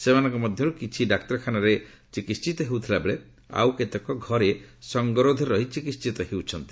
ସେମାନଙ୍କ ମଧ୍ୟର୍ କିଛି ଡାକ୍ତରଖାନାରେ ଚିକିିିତ ହେଉଥିଲାବେଳେ ଆଉ କେତେକ ଘରେ ସଙ୍ଗରୋଧରେ ରହି ଚିକିହିତ ହେଉଛନ୍ତି